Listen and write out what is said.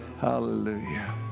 hallelujah